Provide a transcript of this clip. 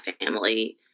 family